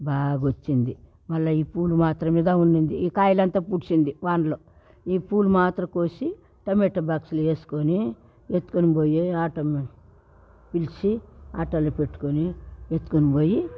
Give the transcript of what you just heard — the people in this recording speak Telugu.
బాగా వచ్చింది మళ్ళా ఈ పూలు మాత్రమే ఉండింది ఈ కాయలంతా పూడ్చింది వానలో ఈ పూలు మాత్రం కోసి టమాటో బాక్స్లో వేసుకొని ఎత్తుకొని పోయి ఆటో పిలిచి ఆటోలో పెట్టుకొని ఎత్తుకొని పోయి